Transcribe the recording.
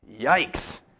Yikes